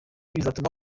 bizatuma